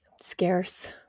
scarce